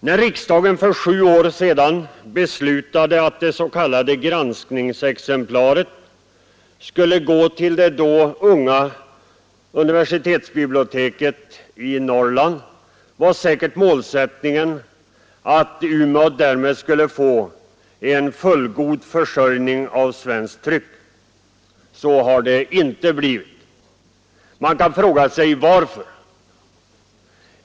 När riksdagen för sju år sedan beslutade att det s.k. granskningsexemplaret skulle gå till det då unga universitetsbiblioteket i Norrland var säkert målsättningen att Umeå därmed skulle få en fullgod försörjning med svenskt tryck. Så har det inte blivit. Man kan fråga varför.